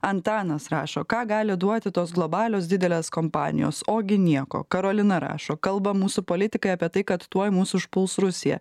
antanas rašo ką gali duoti tos globalios didelės kompanijos ogi nieko karolina rašo kalba mūsų politikai apie tai kad tuoj mus užpuls rusija